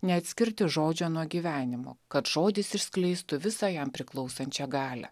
neatskirti žodžio nuo gyvenimo kad žodis išskleistų visą jam priklausančią galią